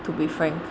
to be frank